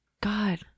God